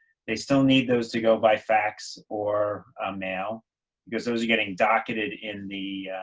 they still need those to go by fax or mail because those are getting docketed in the,